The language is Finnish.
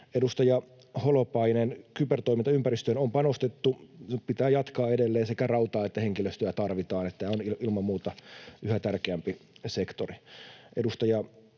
Edustaja Holopainen, kybertoimintaympäristöön on panostettu. Pitää jatkaa edelleen, sekä rautaa että henkilöstöä tarvitaan. Tämä on ilman muuta yhä tärkeämpi sektori.